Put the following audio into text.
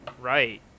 right